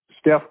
Steph